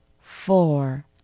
four